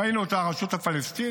ראינו את הרשות הפלסטינית.